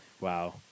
Wow